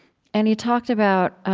and he talked about